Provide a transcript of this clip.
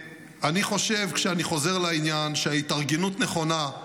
וכשאני חוזר לעניין, אני חושב שההתארגנות נכונה,